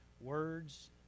words